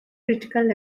critical